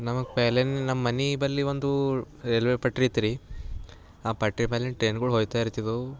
ನಮಗೆ ಪೆಹೆಲೆಯೇ ನಮ್ಮ ಮನೆ ಬಳಿ ಒಂದು ರೈಲ್ ವೇ ಪಟ್ರಿ ಇತ್ತು ರೀ ಆ ಪಟ್ರಿ ಮೇಲಿನ ಟ್ರೈನ್ಗಳು ಹೋಗ್ತಾ ಇರ್ತಿದ್ದವು